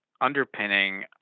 underpinning